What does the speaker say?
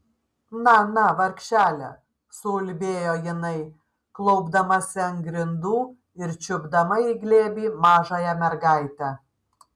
na na vargšele suulbėjo jinai klaupdamasi ant grindų ir čiupdama į glėbį mažąją mergaitę